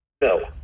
No